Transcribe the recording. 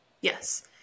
Yes